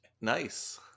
Nice